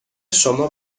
شما